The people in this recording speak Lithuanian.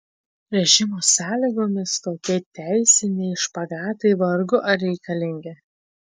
režimo sąlygomis tokie teisiniai špagatai vargu ar reikalingi